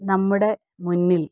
നമ്മുടെ മുന്നിൽ